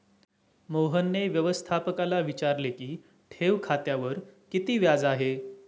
मोहनने व्यवस्थापकाला विचारले की ठेव खात्यावर किती व्याज आहे?